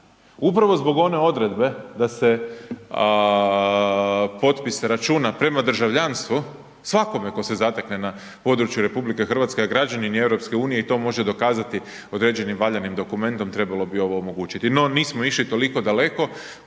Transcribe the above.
Upravo zbog one odredbe da se potpise računa prema državljanstvu svakome tko se zatekne na području RH, a građanin EU i to može dokazati određenim valjanim dokumentom, trebalo bi ovo omogućiti. No, nismo išli toliko daleko.